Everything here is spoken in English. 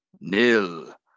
Nil